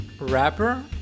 Rapper